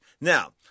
Now